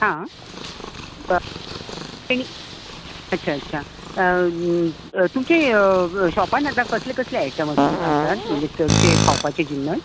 हां ब केनी अच्छा अच्छा तुमच्या शोपार आतां कसले कसले आयटम आसात म्हणजे ये खावपाचे जिनस